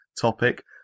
topic